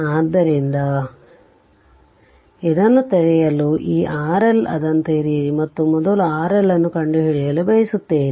ಆದ್ದರಿಂದ ಇದನ್ನು ತೆರೆಯಲು ಈ RL ಅದನ್ನು ತೆರೆಯಿರಿ ಮತ್ತು ಮೊದಲು RL ಅನ್ನು ಕಂಡುಹಿಡಿಯಲು ಬಯಸುತ್ತೇನೆ